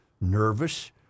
nervous